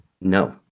No